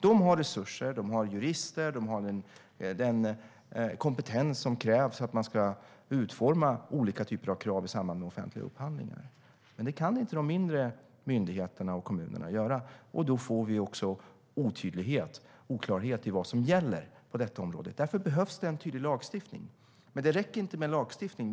De har resurser, jurister och den kompetens som krävs för att man ska utforma olika typer av krav i samband med offentliga upphandlingar. Men det kan inte de mindre myndigheterna och kommunerna göra, och då får vi också otydlighet och oklarhet om vad som gäller på detta område. Därför behövs det en tydlig lagstiftning. Men det räcker inte med en lagstiftning.